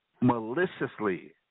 maliciously